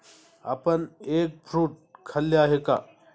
आपण egg fruit खाल्ले आहे का?